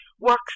works